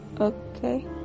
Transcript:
Okay